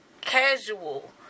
casual